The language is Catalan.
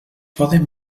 poden